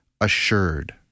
assured